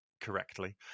correctly